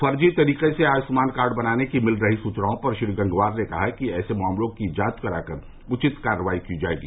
फर्जी तरीके से आयभ्मान कार्ड बनाने की मिल रही सुचनाओं पर श्री गंगवार ने कहा कि ऐसे मामलों की जांच कराकर उचित कार्रवाई की जायेगी